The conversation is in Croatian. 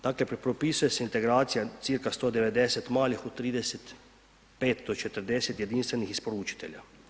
Dakle, propisuje se integracija cca. 190 malih u 35-40 jedinstvenih isporučitelja.